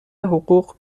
حقوق